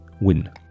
win